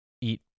eat